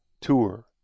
Tour